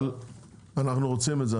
אבל אנחנו רוצים את זה.